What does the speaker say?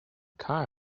car